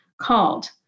called